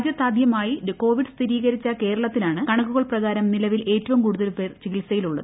രാജ്യത്താദ്യമായി Covid സ്ഥിരീകരിച്ച കേരളത്തിലാണ് കണക്കുകൾ പ്രകാരം നിലവിൽ ഏറ്റവും കൂടുതൽ പേർ ചികിത്സയിലുള്ളത്